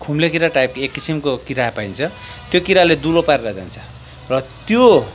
खुम्लेकिरा type एक किसिमको किरा पाइन्छ त्यो किराले दुलो पारेर जान्छ र त्यो